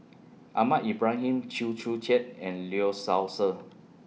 Ahmad Ibrahim Chew Joo Chiat and Lee Seow Ser